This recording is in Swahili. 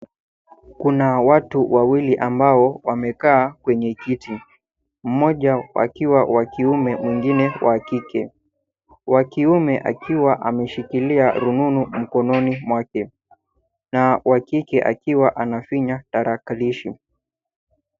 Kuna watu wawili ambao wamekaa kwenye kiti . Mmoja akiwa wa kiume mwingine wa kike. Wa kiume akiwa ameshikilia rununu mkononi mwake, na wa kike akiwa anafinya tarakilishi.